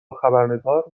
خبرنگار